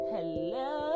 Hello